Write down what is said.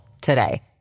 today